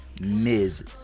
Ms